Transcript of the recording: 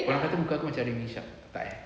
aku tahu muka aku macam remy ishak tak eh